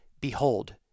Behold